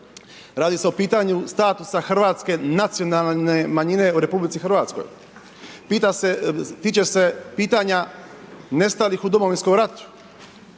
radi se o pitanju statusa hrvatske nacionalne manjine u RH, tiče se pitanja nestalih u Domovinskom ratu.